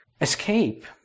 escape